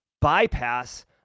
bypass